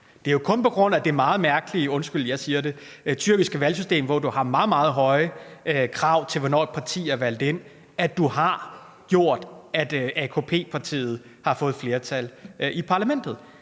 Det er jo kun på grund af det meget mærkelige – undskyld, jeg siger det – tyrkiske valgsystem, hvor du har meget, meget høje krav til, hvornår et parti er valgt ind, at AKP-partiet har fået flertal i parlamentet.